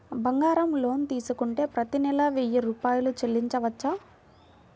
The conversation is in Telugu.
బంగారం లోన్ తీసుకుంటే ప్రతి నెల వెయ్యి రూపాయలు చెల్లించవచ్చా?